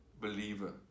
believer